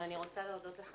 אני רוצה להודות לך,